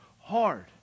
hard